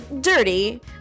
dirty